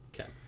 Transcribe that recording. Okay